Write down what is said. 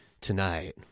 Tonight